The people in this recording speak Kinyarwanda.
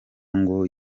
ngo